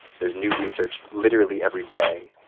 there's new research literally every day.